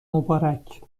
مبارک